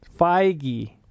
Feige